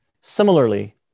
Similarly